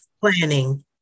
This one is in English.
planning